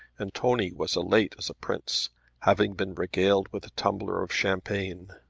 and tony was elate as a prince having been regaled with a tumbler of champagne.